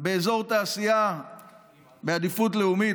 באזור תעשייה בעדיפות לאומית,